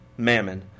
mammon